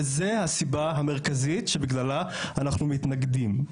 וזה הסיבה המרכזית שבגללה אנחנו מתנגדים.